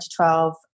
2012